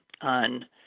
on